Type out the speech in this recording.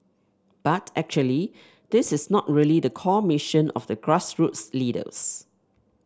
but actually this is not really the core mission of the grassroots leaders